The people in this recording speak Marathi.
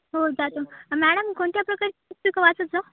हो जातो मॅडम कोणत्या प्रकारची पुस्तकं वाचत ज